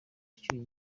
ucyuye